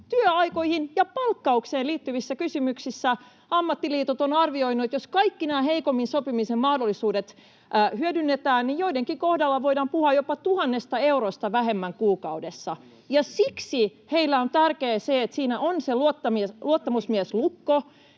työaikoihin ja palkkaukseen liittyvissä kysymyksissä. Ammattiliitot ovat arvioineet, että jos kaikki nämä heikommin sopimisen mahdollisuudet hyödynnetään, niin joidenkin kohdalla voidaan puhua jopa tuhannesta eurosta vähemmän kuukaudessa. Siksi heille on tärkeää, että siinä on se luottamusmieslukko,